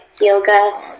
Yoga